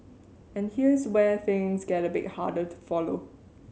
and here's where things get a bit harder to follow